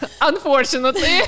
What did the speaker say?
unfortunately